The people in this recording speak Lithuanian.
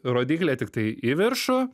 rodyklė tiktai į viršų